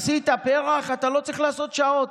עשית פר"ח, אתה לא צריך לעשות שעות,